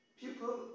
people